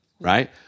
right